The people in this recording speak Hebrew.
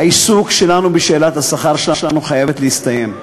העיסוק שלנו בשאלת השכר שלנו חייב להסתיים.